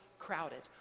crowded